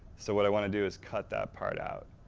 so what i want to do is cut that part out.